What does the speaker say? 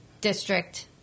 District